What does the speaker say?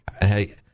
hey